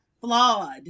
flawed